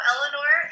Eleanor